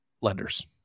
lenders